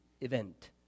event